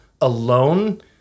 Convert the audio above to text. alone